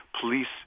Police